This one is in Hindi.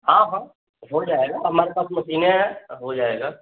हाँ हाँ हो जायेगा हमारे पास मसीनें हैं हो जायेगा